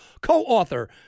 co-author